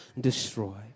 destroy